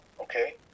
okay